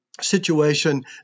situation